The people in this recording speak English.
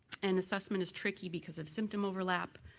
and assessment is tricky because of symptom overlap,